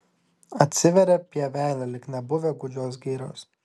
atsiveria pievelė lyg nebuvę gūdžios girios